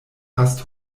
fast